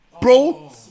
bro